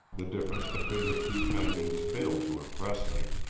the difference between the two chinese failed to impress me,